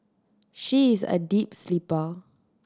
she is a deep sleeper